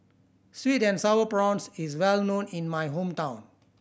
sweet and Sour Prawns is well known in my hometown